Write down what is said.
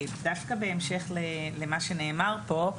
דווקא בהמשך למה שנאמר פה,